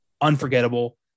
unforgettable